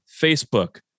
Facebook